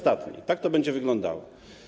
Tak to będzie wyglądało.